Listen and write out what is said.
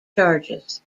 charges